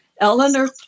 Eleanor